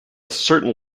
certain